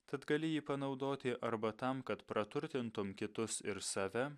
tad gali jį panaudoti arba tam kad praturtintum kitus ir save